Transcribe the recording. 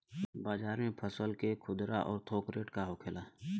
बाजार में फसल के खुदरा और थोक रेट का होखेला?